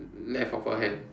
left of her hand